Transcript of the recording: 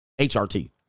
HRT